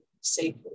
safely